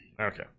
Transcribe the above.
Okay